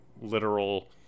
Literal